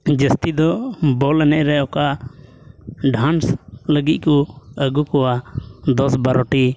ᱡᱟᱹᱥᱛᱤ ᱫᱚ ᱵᱚᱞ ᱮᱱᱮᱡ ᱨᱮ ᱚᱠᱟ ᱰᱟᱱᱥ ᱞᱟᱹᱜᱤᱫ ᱠᱚ ᱟᱹᱜᱩ ᱠᱚᱣᱟ ᱫᱚᱥ ᱵᱟᱨᱳᱴᱤ